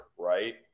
right